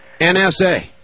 NSA